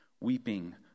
weeping